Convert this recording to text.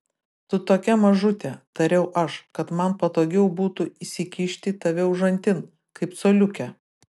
tu tokia mažutė tariau aš kad man patogiau būtų įsikišti tave užantin kaip coliukę